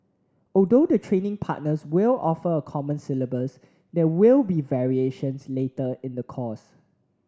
although the training partners will offer a common syllabus there will be variations later in the course